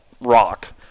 rock